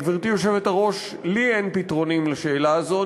גברתי היושבת-ראש, לי אין פתרונים לשאלה הזאת.